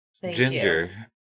Ginger